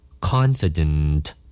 confident